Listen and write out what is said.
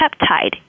peptide